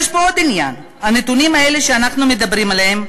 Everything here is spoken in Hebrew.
יש פה עוד עניין: הנתונים האלה שאנחנו מדברים עליהם,